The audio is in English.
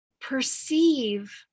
perceive